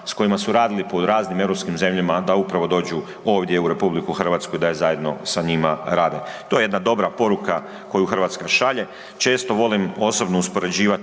s kojima su radili po raznim europskim zemljama, da upravo dođu u RH i da zajedno sa njima rade. To je jedna dobra poruka koju Hrvatska šalje, često volim osobno uspoređivati